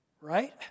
right